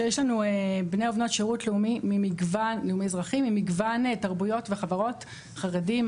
שיש לנו בני ובנות שירות לאומי אזרחי ממגוון תרבותיות וחברות חרדים,